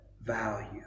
value